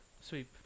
sweep